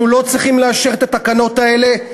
אנחנו לא צריכים לאשר את התקנות האלה,